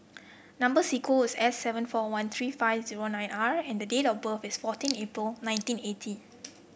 number sequence is S seven four one three five zero nine R and date of birth is fourteen April nineteen eighty